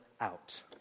out